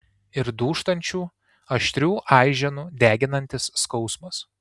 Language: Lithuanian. ir dūžtančių aštrių aiženų deginantis skausmas